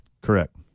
Correct